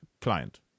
client